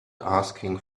asking